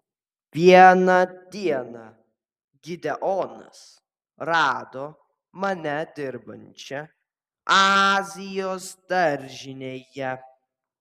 vieną dieną gideonas rado mane dirbančią azijos daržinėje